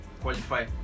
qualify